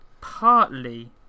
Partly